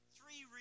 Three